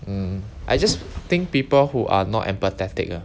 mm I just think people who are not empathetic uh